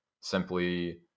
simply